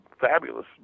fabulous